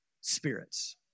spirits